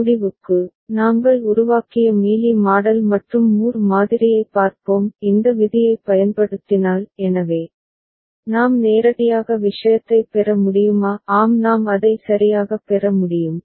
முடிவுக்கு நாங்கள் உருவாக்கிய மீலி மாடல் மற்றும் மூர் மாதிரியைப் பார்ப்போம் இந்த விதியைப் பயன்படுத்தினால் எனவே நாம் நேரடியாக விஷயத்தைப் பெற முடியுமா ஆம் நாம் அதை சரியாகப் பெற முடியும்